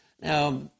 Now